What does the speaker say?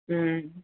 ம்